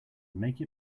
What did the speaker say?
make